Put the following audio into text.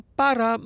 para